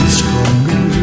stronger